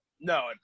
No